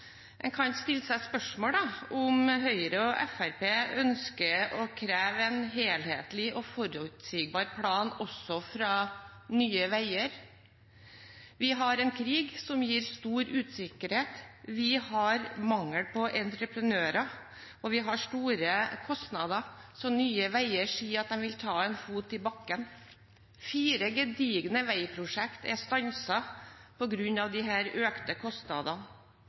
En kan stille seg spørsmålet om Høyre og Fremskrittspartiet ønsker å kreve en helhetlig og forutsigbar plan også fra Nye Veier. Vi har en krig som gir stor usikkerhet, vi har mangel på entreprenører, og vi har store kostnader som gjør at Nye Veier sier de vil ta en fot i bakken. Fire gedigne veiprosjekt er stanset på grunn av de økte kostnadene.